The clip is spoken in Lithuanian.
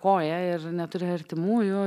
koją ir neturi artimųjų